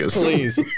Please